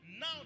now